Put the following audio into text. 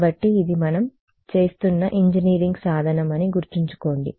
కాబట్టి ఇది మనం చేస్తున్న ఇంజినీరింగ్ సాధనం అని గుర్తుంచుకోండి